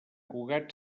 cugat